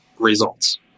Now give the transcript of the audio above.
results